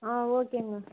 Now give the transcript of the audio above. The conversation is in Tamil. ஆ ஓகேங்க